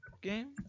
game